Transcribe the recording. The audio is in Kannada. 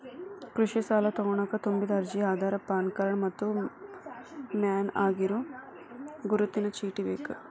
ಕೃಷಿ ಸಾಲಾ ತೊಗೋಣಕ ತುಂಬಿದ ಅರ್ಜಿ ಆಧಾರ್ ಪಾನ್ ಕಾರ್ಡ್ ಮತ್ತ ಮಾನ್ಯ ಆಗಿರೋ ಗುರುತಿನ ಚೇಟಿ ಬೇಕ